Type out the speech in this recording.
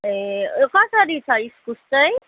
ए कसरी छ इस्कुस चाहिँ